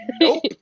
nope